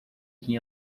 que